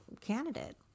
candidate